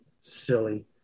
silly